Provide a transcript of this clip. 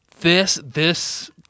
This—this—